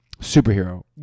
superhero